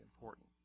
important